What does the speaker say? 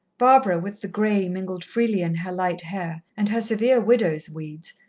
barbara, with the grey mingled freely in her light hair, and her severe widow's weeds,